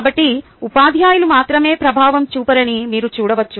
కాబట్టి ఉపాధ్యాయులు మాత్రమే ప్రభావం చూపరని మీరు చూడవచ్చు